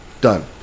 Done